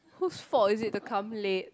whose fault is it to come late